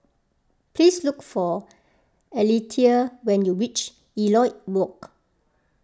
please look for Alethea when you reach Elliot Walk